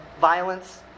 violence